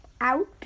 out